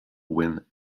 win